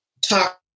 talk